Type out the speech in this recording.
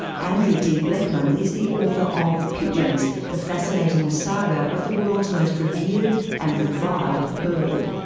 andrew d. blechman is the author of pigeons the fascinating saga of the world's most revered and reviled bird.